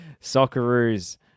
Socceroos